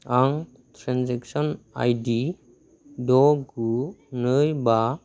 आं transaction ID द' गु नै बा